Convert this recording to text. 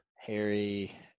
Harry